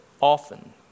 often